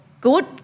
good